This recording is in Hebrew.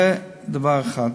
זה דבר אחד.